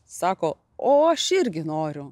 sako o aš irgi noriu